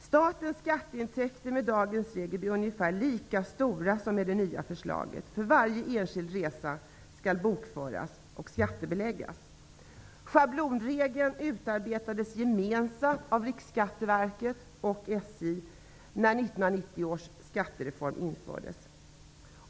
Statens skatteintäkter med dagens regel blir ungefär lika stora som med det nya förslaget, där varje enskild resa skall bokföras och skattebeläggas. Riksskatteverket och SJ när 1990 års skattereform infördes.